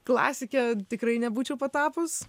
klasikė tikrai nebūčiau patapus